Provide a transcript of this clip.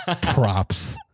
Props